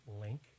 link